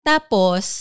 Tapos